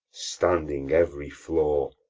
standing every flaw,